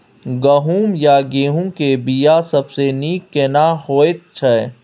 गहूम या गेहूं के बिया सबसे नीक केना होयत छै?